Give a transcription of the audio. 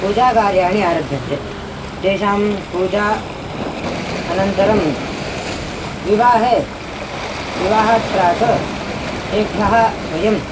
पूजाकार्याणि आरभ्यन्ते तेषां पूजां अनन्तरं विवाहे विवाहात् प्राक् तेभ्यः वयम्